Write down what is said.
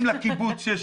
אם אנחנו מעבירים